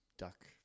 duck